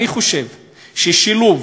אני חושב שהשילוב